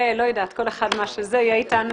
האל, לא יודעת, יהיו אתנו.